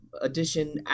edition